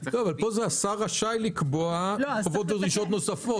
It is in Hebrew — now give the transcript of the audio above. ועדת הכלכלה כי אמרו שהן לא בדיוק קובעות עבירה פלילית.